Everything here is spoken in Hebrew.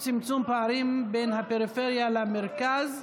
צמצום פערים בין הפריפריה למרכז),